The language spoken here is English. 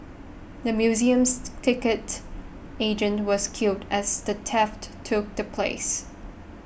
the museum's ticket agent was killed as the theft took the place